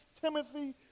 Timothy